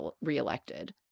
reelected